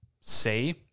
say